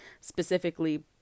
specifically